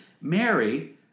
Mary